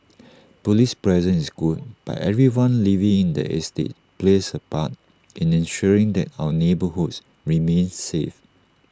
Police presence is good but everyone living in the estate plays A part in ensuring that our neighbourhoods remain safe